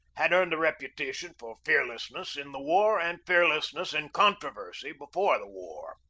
had earned a reputation for fearlessness in the war and fearlessness in controversy before the war.